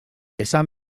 esan